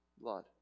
blood